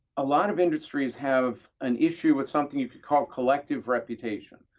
a lot of industries have an issue with something you could call collective reputation.